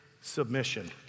submission